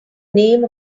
name